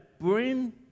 Bring